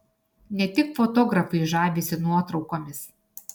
ne tik fotografai žavisi nuotraukomis